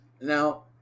Now